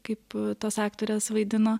kaip tos aktorės vaidino